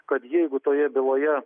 kad jeigu toje byloje